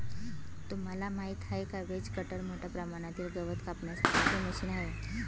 तुम्हाला माहिती आहे का? व्हेज कटर मोठ्या प्रमाणातील गवत कापण्यासाठी चे मशीन आहे